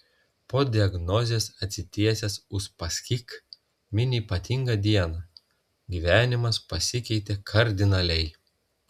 po diagnozės atsitiesęs uspaskich mini ypatingą dieną gyvenimas pasikeitė kardinaliai